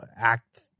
act